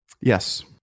Yes